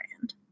brand